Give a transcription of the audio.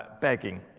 begging